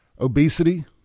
obesity